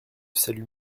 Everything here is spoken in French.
salut